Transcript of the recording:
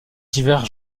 divers